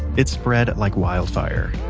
it spread like wildfire